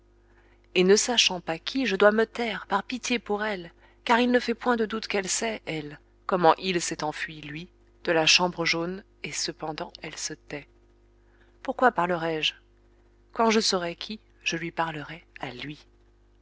et ne sachant pas qui je dois me taire par pitié pour elle car il ne fait point de doute qu'elle sait elle comment il s'est enfui lui de la chambre jaune et cependant elle se tait pourquoi parlerais je quand je saurai qui je lui parlerai à lui